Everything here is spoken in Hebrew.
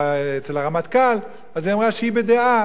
אצל הרמטכ"ל, אז היא אמרה שהיא בדעה